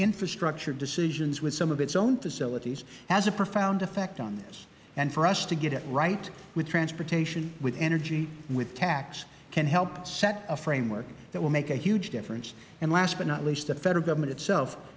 infrastructure decisions with some of its own facilities has a profound effect on this for us to get it right with transportation with energy with tax it can help set a framework that will make a huge difference and last but not least the federal government itself